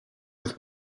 with